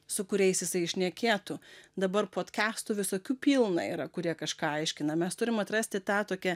su kuriais jisai šnekėtų dabar potkestų visokių pilna yra kurie kažką aiškina mes turim atrasti tą tokią